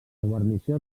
guarnició